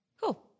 cool